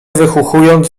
wychuchując